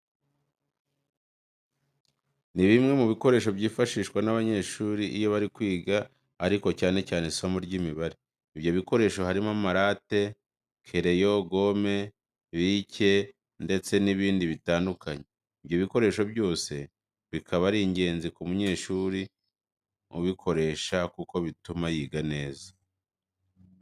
Ni bimwe mu bikoresho byifashishwa n'abanyeshuri iyo bari kwiga ariko cyane cyane isomo ry'Imibare. Ibyo bikoresho harimo amarate, kereyo, gome, bike ndeste n'ibindi bitandukanye. Ibyo bikoresho byose bikaba ari ingenzi ku munyeshuri ubukoresha kuko bituma yiga neza.